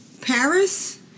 Paris